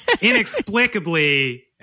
inexplicably